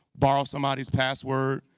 borrow somebody's password.